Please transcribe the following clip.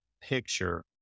picture